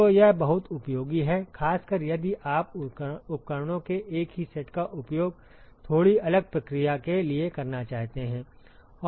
तो यह बहुत उपयोगी है खासकर यदि आप उपकरणों के एक ही सेट का उपयोग थोड़ी अलग प्रक्रिया के लिए करना चाहते हैं